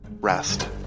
rest